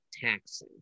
taxes